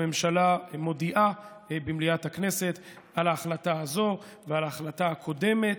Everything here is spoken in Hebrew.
הממשלה מודיעה במליאת הכנסת על ההחלטה הזאת ועל ההחלטה הקודמת.